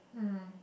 mm